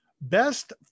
Best